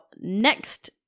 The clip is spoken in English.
next